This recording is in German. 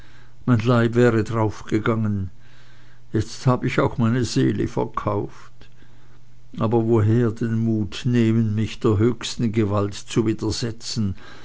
mein leib wäre daraufgegangen jetzt hab ich auch meine seele verkauft aber woher den mut nehmen mich der höchsten gewalt zu widersetzen